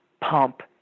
Pump